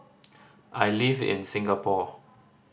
I live in Singapore